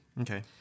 Okay